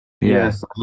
Yes